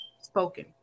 spoken